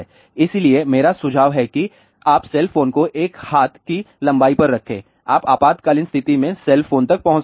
इसलिए मेरा सुझाव है कि आप सेल फोन को एक हाथ की लंबाई पर रखें आप आपातकालीन स्थिति में सेल फोन तक पहुँच सकते हैं